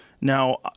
Now